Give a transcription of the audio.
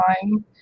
time